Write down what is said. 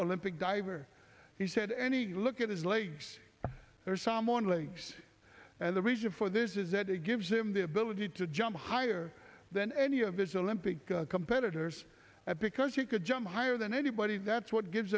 olympic diver he said any look at his legs there's someone links and the reason for this is that it gives him the ability to jump higher than any a vigil limping competitors because he could jump higher than anybody that's what gives